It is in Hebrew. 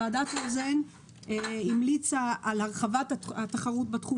ועדת רוזן המליצה על הרחבת התחרות בתחום